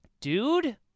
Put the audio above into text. Dude